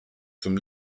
zum